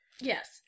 Yes